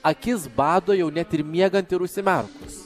akis bado jau net ir miegant ir užsimerkus